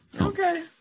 Okay